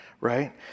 right